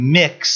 mix